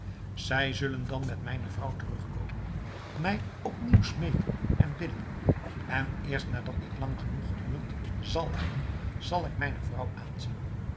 zij zullen dan met mijne vrouw terugkomen mij op nieuw smeeken en bidden en eerst nadat dit lang genoeg geduurd zal hebben zal ik mijne vrouw aanzien